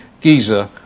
Giza